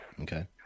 Okay